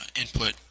input